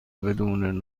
بدون